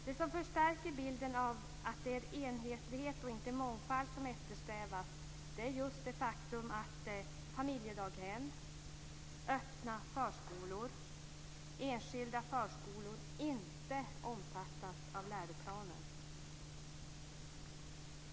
Det som förstärker bilden av att det är enhetlighet och inte mångfald som eftersträvas är just det faktum att familjedaghem, öppna förskolor och enskilda förskolor inte omfattas av läroplanen.